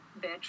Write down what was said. bitch